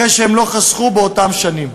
אחרי שהם לא חסכו באותן שנים.